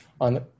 on